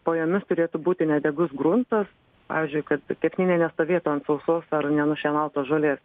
po jomis turėtų būti nedegus gruntas pavyzdžiui kad kepsninė nestovėtų ant sausos ar nenušienautos žolės